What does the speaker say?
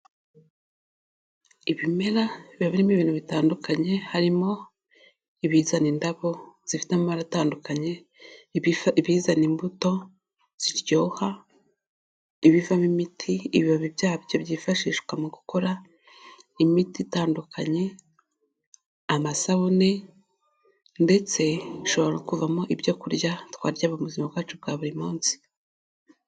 Ibimera biba birimo ibintu bitandukanye, harimo ibizana indabo zifite amabara atandukanye, ibizana imbuto ziryoha, ibivamo imiti, ibibabi byabyo byifashishwa mu gukora imiti itandukanye, amasabune ndetse bishobora no kuvamo ibyokurya twarya mu buzima bwacu bwa buri munsi.